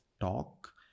talk